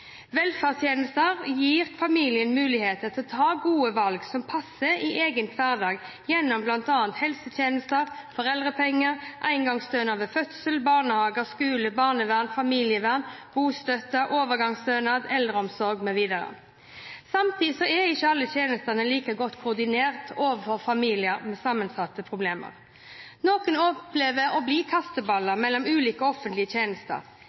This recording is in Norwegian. Velferdstjenestene gir familiene muligheter til å ta gode valg som passer i egen hverdag gjennom bl.a. helsetjenester, foreldrepenger, engangsstønad ved fødsel, barnehage, skole, barnevern, familievern, bostøtte, overgangsstønad, eldreomsorg mv. Samtidig er ikke alltid tjenestene like godt koordinert overfor familier med sammensatte problemer. Noen opplever å bli kasteballer mellom ulike offentlige tjenester.